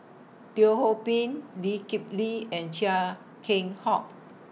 Teo Ho Pin Lee Kip Lee and Chia Keng Hock